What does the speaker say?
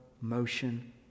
motion